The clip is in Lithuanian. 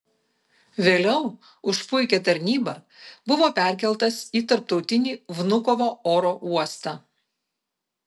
vėliau už puikią tarnybą buvo perkeltas į tarptautinį vnukovo oro uostą